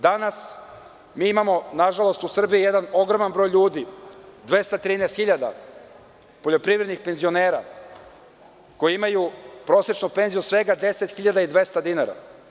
Danas imamo u Srbiji, nažalost, jedan ogroman broj ljudi, 213 hiljada poljoprivrednih penzionera, koji imaju prosečnu penziju od svega 10.200 dinara.